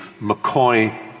McCoy